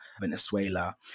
Venezuela